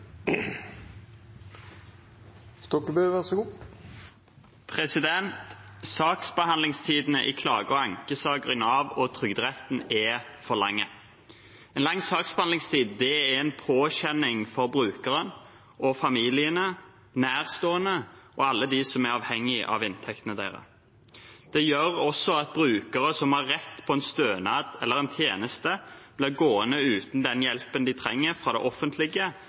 Saksbehandlingstidene i klage- og ankesaker i Nav og Trygderetten er for lange. En lang saksbehandlingstid er en påkjenning for brukerne og familiene, nærstående og alle de som er avhengig av inntekten deres. Det gjør også at brukere som har rett på en stønad eller en tjeneste, blir gående uten den hjelpen de trenger fra det offentlige,